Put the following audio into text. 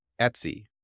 Etsy